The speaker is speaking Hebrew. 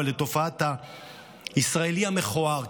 הישראלי המכוער.